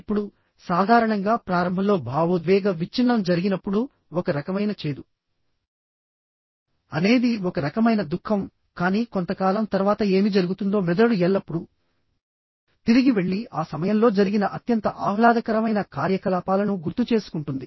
ఇప్పుడు సాధారణంగా ప్రారంభంలో భావోద్వేగ విచ్ఛిన్నం జరిగినప్పుడు ఒక రకమైన చేదు అనేది ఒక రకమైన దుఃఖం కానీ కొంతకాలం తర్వాత ఏమి జరుగుతుందో మెదడు ఎల్లప్పుడూ తిరిగి వెళ్లి ఆ సమయంలో జరిగిన అత్యంత ఆహ్లాదకరమైన కార్యకలాపాలను గుర్తుచేసుకుంటుంది